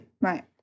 right